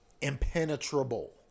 Impenetrable